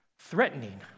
threatening